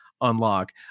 unlock